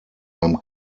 beim